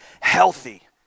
healthy